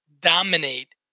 dominate